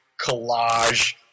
collage